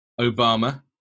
Obama